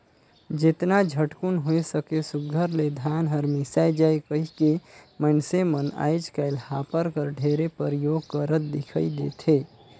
जेतना झटकुन होए सके सुग्घर ले धान हर मिसाए जाए कहिके मइनसे मन आएज काएल हापर कर ढेरे परियोग करत दिखई देथे